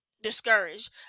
discouraged